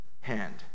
hand